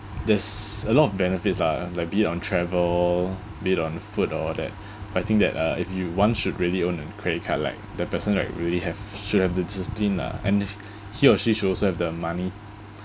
there's a lot of benefits lah like rebate on travel rebate on food or all that but I think that uh if you one should really own a credit card like the person like really have should have the discipline lah and he he or she should also have the money